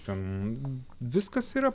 ten viskas yra